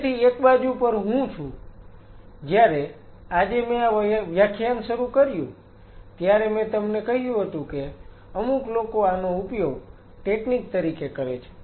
તેથી એક બાજુ પર હું છું જ્યારે આજે મેં આ વ્યાખ્યાન શરૂ કર્યું ત્યારે મેં તમને કહ્યું હતું કે અમુક લોકો આનો ઉપયોગ ટેકનીક તરીકે કરે છે